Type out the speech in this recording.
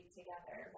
together